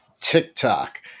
TikTok